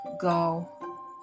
go